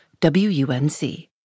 WUNC